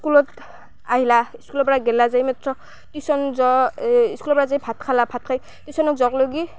স্কুলত আহিলা স্কুলৰ পৰা গ'লা যায় মাত্ৰ টিউচন যোৱা এই স্কুলৰ পৰা যাই ভাত খালা ভাত খাই টিউচনক যোৱাৰ লৈকে